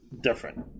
different